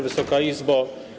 Wysoka Izbo!